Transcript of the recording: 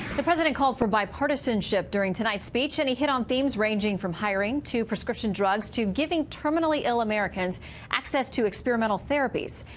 the president called for bipartisanship during tonight's speech and he hit on themes ranging from hiring to prescription drugs to giving terminally ill americans access to experiment of therapies.